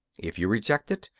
if you reject it,